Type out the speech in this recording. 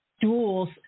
duels